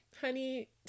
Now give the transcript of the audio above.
Honey